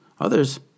Others